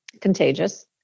contagious